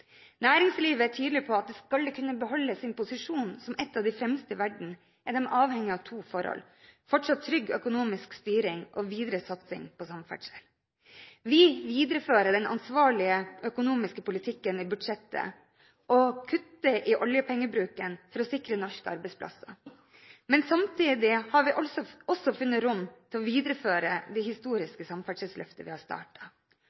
Næringslivet er tydelig på at skal de kunne beholde sin posisjon som et av de fremste i verden, er de avhengige av to forhold – fortsatt trygg økonomisk styring og videre satsing på samferdsel. Vi viderefører den ansvarlige økonomiske politikken i budsjettet og kutter i oljepengebruken for å sikre norske arbeidsplasser, men samtidig har vi også funnet rom til å videreføre det